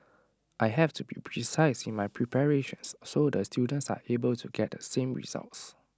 I have to be precise in my preparations so the students are able to get the same results